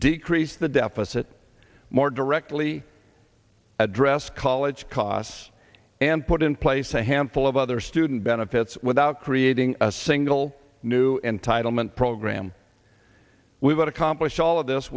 decrease the deficit more directly address college costs and put in place a handful of other student benefits without creating a single new entitlement program we've got accomplish all of this